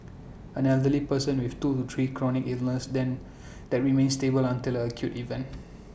an elderly person with two to three chronic illnesses that remain stable until an acute event